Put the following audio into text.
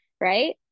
right